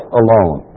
alone